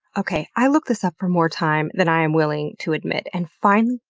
okay, i looked this up for more time than i'm willing to admit, and finally,